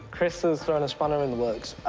chris has thrown a spanner in the works.